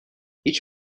هیچ